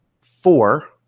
four